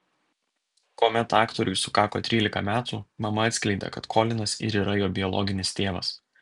kuomet aktoriui sukako trylika metų mama atskleidė kad kolinas ir yra jo biologinis tėvas